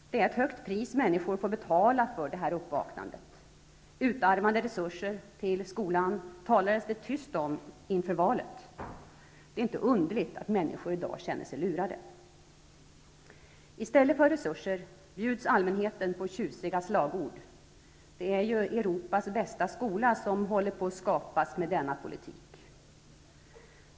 Det är ett högt pris som människor får betala för detta uppvaknande. Utarmade resurser till skolan talades det tyst om inför valet. Det är inte underligt att människor i dag känner sig lurade. I stället för resurser bjuds allmänheten på tjusiga slagord. Det är ju ''Europas bästa skola'' som håller på att skapas med denna politik.